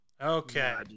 Okay